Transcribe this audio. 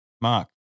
Mark